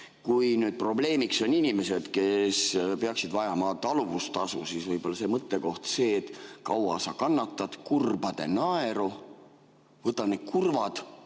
Kui probleemiks on inimesed, kes peaksid vajama talumistasu, siis võib-olla mõttekoht on see, et "kaua sa kannatad kurbade naeru, võta need kurvad